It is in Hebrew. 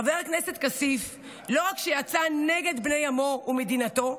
חבר הכנסת כסיף לא רק שיצא נגד בני עמו ומדינתו,